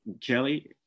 Kelly